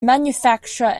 manufacture